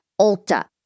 Ulta